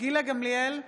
גילה גמליאל,